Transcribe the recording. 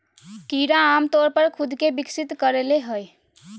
कीड़ा आमतौर पर खुद के विकसित कर ले हइ